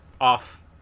off